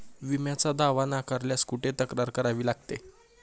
विम्याचा दावा नाकारल्यास कुठे तक्रार करावी लागते?